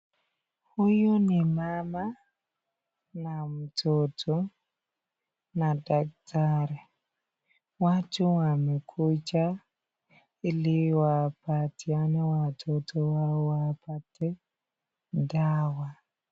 Huyu ni mama na mtoto na daktari, watu wamekuja ili wapatiane watoto wao wapate dawa.